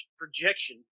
projection